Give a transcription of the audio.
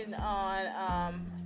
on